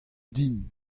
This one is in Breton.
din